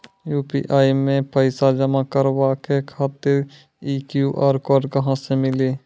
UPI मे पैसा जमा कारवावे खातिर ई क्यू.आर कोड कहां से मिली?